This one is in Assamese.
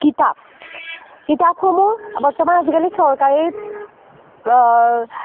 কিতাপ কিতাপসমূহ বৰ্তমান আজিকালি চৰকাৰী